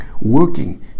working